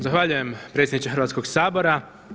Zahvaljujem predsjedniče Hrvatskoga sabora.